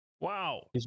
Wow